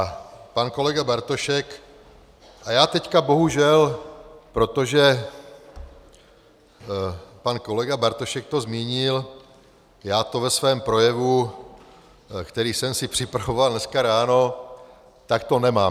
A pan kolega Bartošek já teď bohužel, protože pan kolega Bartošek to zmínil, já to ve svém projevu, který jsem si připravoval dneska ráno, tak to nemám.